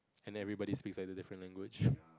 and everybody speak like different language